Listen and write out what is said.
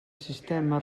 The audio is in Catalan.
sistema